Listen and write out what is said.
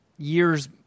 year's